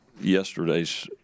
yesterday's